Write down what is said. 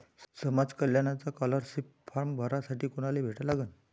समाज कल्याणचा scholarship form भरासाठी कुनाले भेटा लागन?